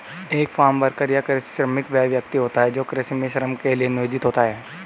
एक farm worker या कृषि श्रमिक वह व्यक्ति होता है जो कृषि में श्रम के लिए नियोजित होता है